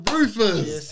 Rufus